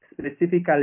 specifically